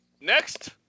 Next